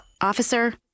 Officer